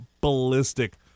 ballistic